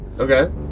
Okay